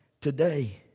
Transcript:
today